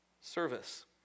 Service